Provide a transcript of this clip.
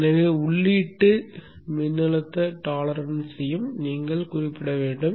எனவே உள்ளீட்டு மின்னழுத்த டோலெரன்ஸ்யையும் நீங்கள் குறிப்பிட வேண்டும்